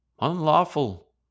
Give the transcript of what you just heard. Unlawful